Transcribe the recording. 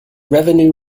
revenue